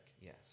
Yes